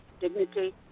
dignity